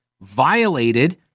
violated